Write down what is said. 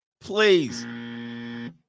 please